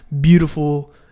beautiful